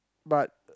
but